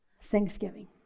thanksgiving